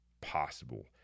possible